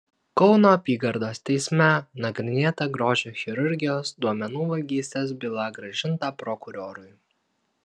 kauno apygardos teisme nagrinėta grožio chirurgijos duomenų vagystės byla grąžinta prokurorui